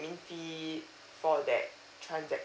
admin fees for that transaction